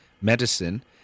medicine